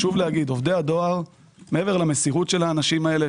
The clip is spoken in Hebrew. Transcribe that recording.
אז אם יהיה מצב שלשר האוצר תהיה איזה ועדת מילוט כזו,